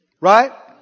Right